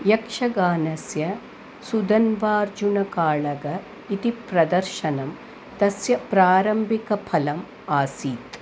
यक्षगानस्य सुधन्वार्जुनकाळग इति प्रदर्शनं तस्य प्रारम्भिकफलम् आसीत्